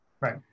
Right